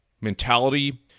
mentality